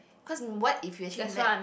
because what if you actually met